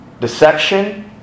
Deception